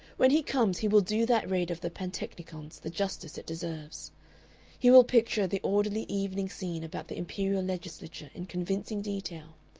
when he comes he will do that raid of the pantechnicons the justice it deserves he will picture the orderly evening scene about the imperial legislature in convincing detail,